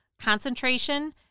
concentration